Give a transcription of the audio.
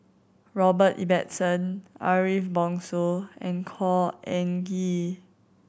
Robert Ibbetson Ariff Bongso and Khor Ean Ghee